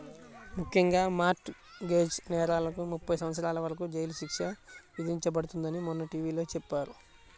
ముఖ్యంగా mortgage నేరాలకు ముప్పై సంవత్సరాల వరకు జైలు శిక్ష విధించబడుతుందని మొన్న టీ.వీ లో చెప్పారు